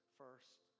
first